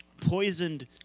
poisoned